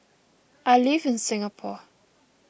I live in Singapore